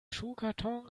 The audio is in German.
schuhkarton